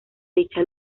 dicha